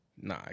Nah